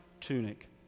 tunic